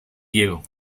diego